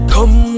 Come